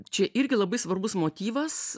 čia irgi labai svarbus motyvas